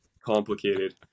complicated